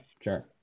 Sure